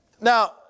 now